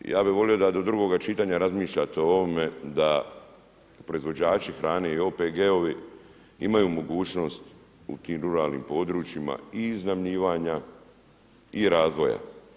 Ja bih volio da do drugoga čitanja razmislite o ovome da proizvođači hrane i OPG-ovi imaju mogućnost u tim ruralnim područjima i iznajmljivanja i razvoja.